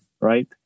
right